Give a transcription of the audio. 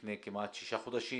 לפני כמעט שישה חודשים.